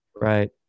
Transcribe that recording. Right